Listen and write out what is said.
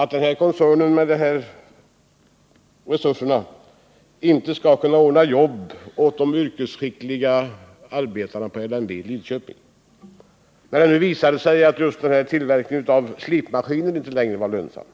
att denna koncern med sina enorma resurser inte skall kunna ordna nya jobb åt de yrkesskickliga arbetarna vid LMV, när det nu visat sig att tillverkningen av slipmaskiner inte längre är lönsam.